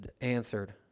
answered